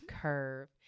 curve